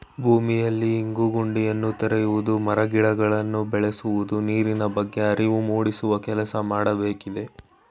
ಭೂಮಿಯಲ್ಲಿ ಇಂಗು ಗುಂಡಿಯನ್ನು ತೆರೆಯುವುದು, ಮರ ಗಿಡಗಳನ್ನು ಬೆಳೆಸುವುದು, ನೀರಿನ ಬಗ್ಗೆ ಅರಿವು ಮೂಡಿಸುವ ಕೆಲಸ ಮಾಡಬೇಕಿದೆ